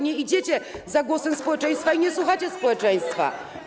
Nie idziecie za głosem społeczeństwa i nie słuchacie społeczeństwa.